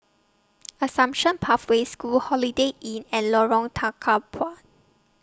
Assumption Pathway School Holiday Inn and Lorong Tukang Dua